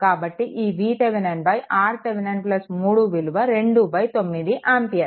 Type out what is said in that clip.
కాబట్టి ఈ VThevenin RThevenin 3 విలువ 29 ఆంపియర్